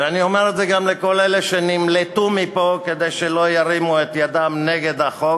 ואני אומר את זה גם לכל אלה שנמלטו מפה כדי שלא ירימו את ידם נגד החוק,